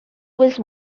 was